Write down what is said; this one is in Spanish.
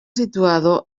situado